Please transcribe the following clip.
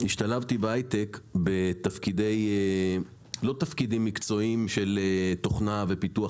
השתלבתי לא בתפקידים מקצועיים של תוכנה ופיתוח